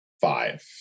five